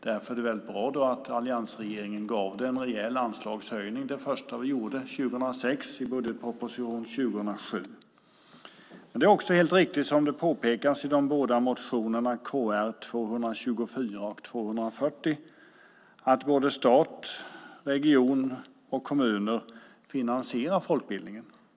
Därför är det bra att alliansregeringen medgav en rejäl anslagshöjning som det första den gjorde 2006 i budgetpropositionen för 2007. Det som påpekas i motionerna Kr224 och Kr240 är helt riktigt: att stat, region och kommuner finansierar folkbildningen.